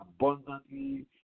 abundantly